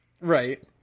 Right